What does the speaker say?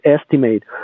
estimate